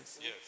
Yes